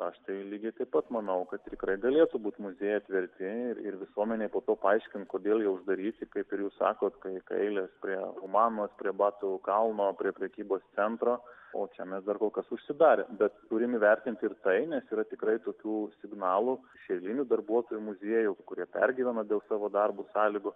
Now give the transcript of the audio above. aš tai lygiai taip pat manau kad tikrai galėtų būt muziejai atverti ir ir visuomenė po to paaiškint kodėl jie uždaryti kaip ir jūs sakote kai eilės prie humanos prie batų kalno prie prekybos centro o čia mes dar kol kas užsidarę bet turie įvertinti ir tai nes yra tikrai tokių signalų iš eilinių darbuotojų muziejų kurie pergyvena dėl savo darbo sąlygų